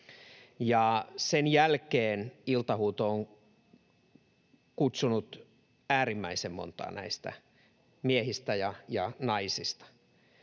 Sen jälkeen iltahuuto on kutsunut äärimmäisen montaa näistä miehistä ja naisista.